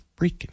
freaking